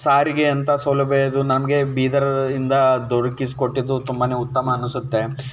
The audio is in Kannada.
ಸಾರಿಗೆ ಅಂತ ಸೌಲಭ್ಯ ಇದು ನಮಗೆ ಬೀದರ್ ಇಂದ ದೊರಕಿಸ್ಕೊಟ್ಟಿದ್ದು ತುಂಬನೇ ಉತ್ತಮ ಅನ್ನಿಸುತ್ತೆ